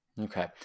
Okay